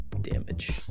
damage